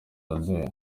amb